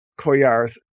koyars